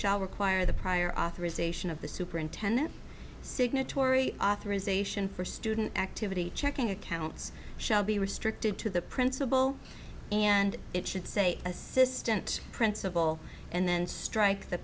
shall require the prior authorization of the superintendent signatory authorization for student activity checking accounts shall be restricted to the principal and it should say assistant principal and then strike the